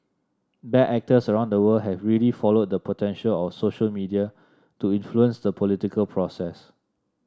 bad actors around the world have really followed the potential of social media to influence the political process